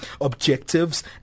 objectives